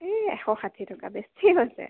ই এশ ষাঠি টকা বেছি হৈছে